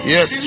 Yes